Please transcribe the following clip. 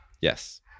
Yes